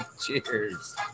cheers